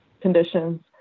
conditions